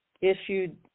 issued